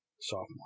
Sophomore